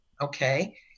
okay